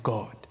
God